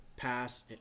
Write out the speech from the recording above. pass